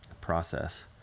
process